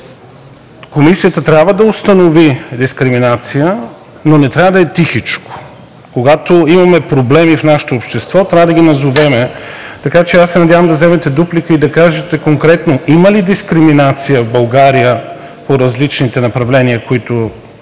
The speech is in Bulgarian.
Комисията трябва да установи дискриминация, но не трябва да е тихичко. Когато имаме проблеми в нашето общество, трябва да ги назовем. Така че се надявам да вземете дуплика и да кажете конкретно: има ли дискриминация в България по различните направления, които